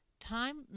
time